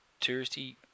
touristy